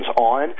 on